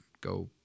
go